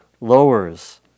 lowers